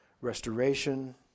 restoration